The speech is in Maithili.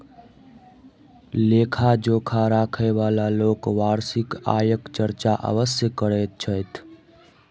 लेखा जोखा राखयबाला लोक वार्षिक आयक चर्चा अवश्य करैत छथि